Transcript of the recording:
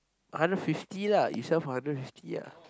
hundred fifty lah you sell for hundred fifty lah